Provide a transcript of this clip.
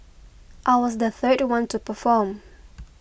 I was the third one to perform